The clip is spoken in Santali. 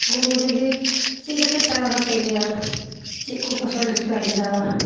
ᱜᱳᱢᱚᱛᱤ ᱫᱤ ᱪᱮᱫ ᱠᱚᱯᱮ ᱪᱟᱥ ᱵᱟᱥᱚᱜ ᱜᱮᱭᱟ ᱪᱮᱫ ᱠᱚ ᱯᱷᱚᱥᱚᱞ ᱰᱷᱮᱨ ᱯᱮ ᱟᱨᱡᱟᱣᱟ